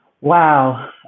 Wow